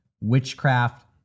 witchcraft